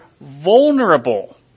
vulnerable